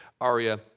ARIA